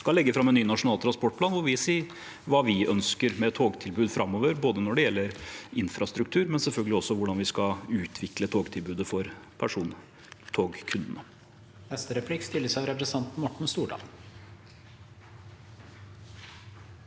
Vi skal legge fram en ny nasjonal transportplan hvor vi sier hva vi ønsker med togtilbudet framover, både når det gjelder infrastruktur, og, selvfølgelig, hvordan vi skal utvikle togtilbudet for persontogkundene.